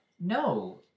no